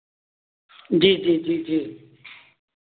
जी जी जी जी